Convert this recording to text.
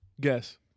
guess